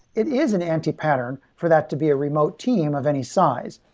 it is an antipattern for that to be a remote team of any size.